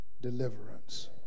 deliverance